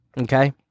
okay